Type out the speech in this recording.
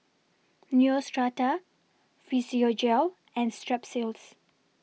Neostrata Physiogel and Strepsils